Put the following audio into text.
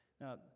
now